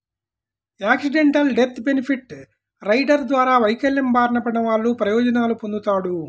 accidental death benefit rider ద్వారా వైకల్యం బారిన పడినవాళ్ళు ప్రయోజనాలు పొందుతాడు